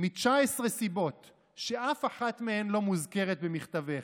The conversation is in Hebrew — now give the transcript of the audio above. "מ-19 סיבות שאף אחת מהן לא מוזכרת במכתבך: